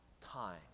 time